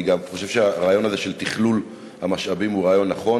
אני גם חושב שהרעיון הזה של תכלול המשאבים הוא רעיון נכון.